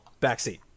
backseat